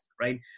right